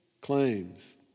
claims